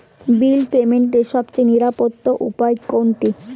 বিল পেমেন্টের সবচেয়ে নিরাপদ উপায় কোনটি?